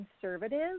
conservative